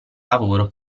lavoro